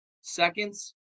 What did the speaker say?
seconds